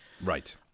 right